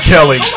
Kelly